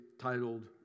titled